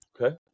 Okay